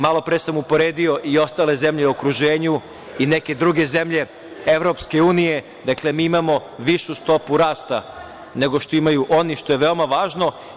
Malopre sam uporedio i ostale zemlje u okruženju i neke druge zemlje EU, dakle, mi imamo višu stopu rasta nego što imaju oni, što je veoma važno.